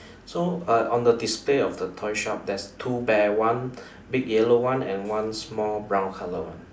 so uh on the display of the toy shop there's two bear one big yellow one and one small brown color one